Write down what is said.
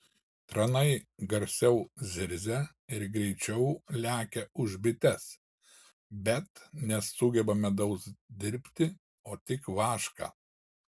tranai garsiau zirzia ir greičiau lekia už bites bet nesugeba medaus dirbti o tik vašką